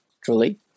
truly